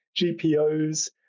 GPOs